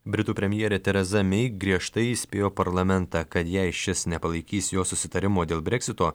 britų premjerė tereza mei griežtai įspėjo parlamentą kad jei šis nepalaikys jos susitarimo dėl breksito